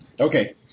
Okay